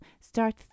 start